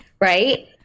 right